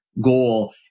goal